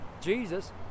Jesus